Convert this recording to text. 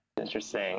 Interesting